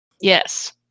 Yes